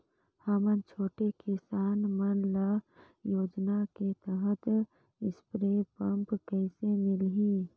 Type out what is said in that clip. हमन छोटे किसान मन ल योजना के तहत स्प्रे पम्प कइसे मिलही?